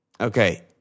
okay